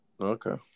Okay